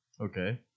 okay